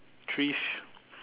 three sh~